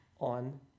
on